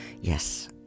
yes